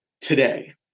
today